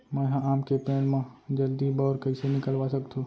मैं ह आम के पेड़ मा जलदी बौर कइसे निकलवा सकथो?